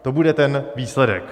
To bude ten výsledek.